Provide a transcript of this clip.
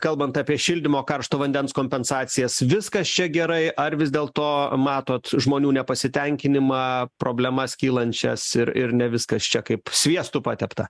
kalbant apie šildymo karšto vandens kompensacijas viskas čia gerai ar vis dėlto matot žmonių nepasitenkinimą problemas kylančias ir ir ne viskas čia kaip sviestu patepta